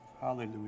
Hallelujah